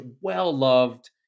well-loved